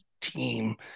team